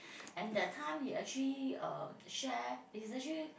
and that time he actually uh share is actually